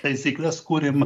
taisykles kūrėm